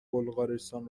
بلغارستان